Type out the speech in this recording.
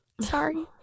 sorry